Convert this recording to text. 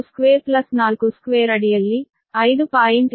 4242 ಅಡಿಯಲ್ಲಿ 5